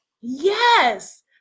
Yes